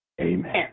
Amen